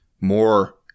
more